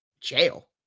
Jail